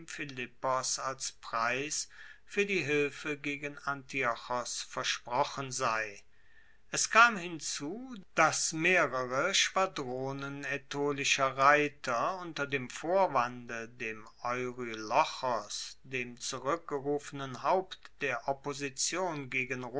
philippos als preis fuer die hilfe gegen antiochos versprochen sei es kam hinzu dass mehrere schwadronen aetolischer reiter unter dem vorwende dem eurylochos dem zurueckgerufenen haupt der opposition gegen